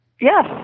Yes